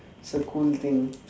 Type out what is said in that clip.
it's a cool thing